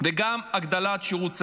וגם הארכת השירות הסדיר.